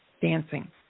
dancing